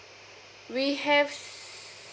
we have